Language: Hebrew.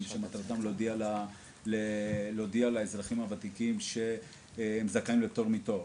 שמטרתם להודיע לאזרחים הוותיקים שהם זכאים לפטור מתור.